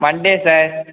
Monday sir